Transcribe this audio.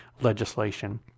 legislation